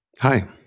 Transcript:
Hi